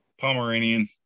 pomeranian